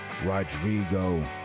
Rodrigo